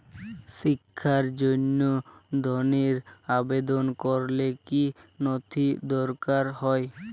শিক্ষার জন্য ধনের আবেদন করলে কী নথি দরকার হয়?